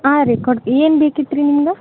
ಹಾಂ ರೀ ಕೊಡ್ತೆ ಏನು ಬೇಕಿತ್ತು ರೀ ನಿಮ್ಗೆ